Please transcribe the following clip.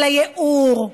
על הייעור,